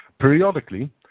Periodically